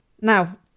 Now